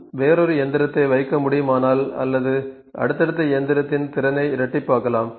நாம் வேறொரு இயந்திரத்தை வைக்க முடியுமானால் அல்லது அடுத்தடுத்த இயந்திரத்தின் திறனை இரட்டிப்பாக்கலாம்